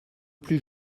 plus